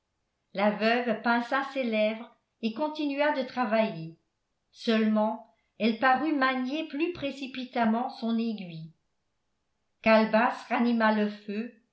la veuve pinça ses lèvres et continua de travailler seulement elle parut manier plus précipitamment son aiguille calebasse ranima le feu